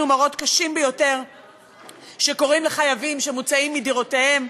מראות קשים ביותר שקורים לחייבים שמוצאים מדירותיהם,